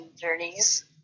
journeys